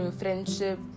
friendship